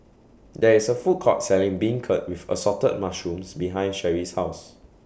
There IS A Food Court Selling Beancurd with Assorted Mushrooms behind Cherri's House